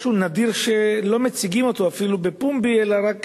משהו נדיר שלא מציגים אותו אפילו בפומבי אלא רק